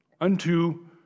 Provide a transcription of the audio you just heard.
unto